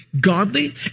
godly